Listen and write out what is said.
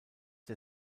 der